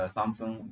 Samsung